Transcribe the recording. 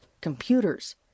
computers